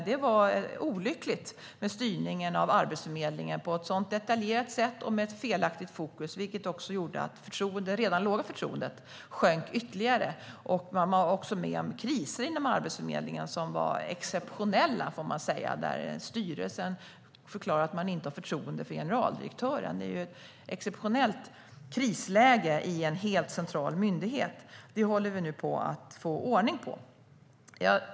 Det var olyckligt med styrningen av Arbetsförmedlingen på ett så detaljerat sätt och med ett felaktigt fokus, vilket också gjorde att det redan låga förtroendet för Arbetsförmedlingen sjönk ytterligare. Det var också exceptionella kriser inom Arbetsförmedlingen, då styrelsen förklarade att den inte hade förtroende för generaldirektören. Det var ett exceptionellt krisläge i en helt central myndighet. Detta håller vi nu på att få ordning på.